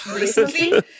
recently